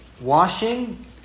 washing